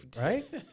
right